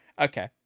Okay